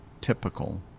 typical